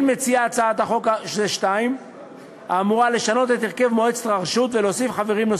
כן מציעה הצעת החוק האמורה לשנות את הרכב מועצת הרשות ולהוסיף חברים.